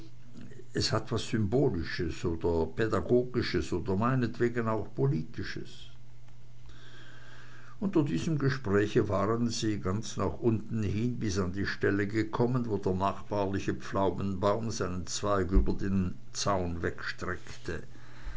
es hat was symbolisches oder pädagogisches oder meinetwegen auch politisches unter diesem gespräche waren sie ganz nach unten hin bis an die stelle gekommen wo der nachbarliche pflaumenbaum seinen zweig über den zaun wegstreckte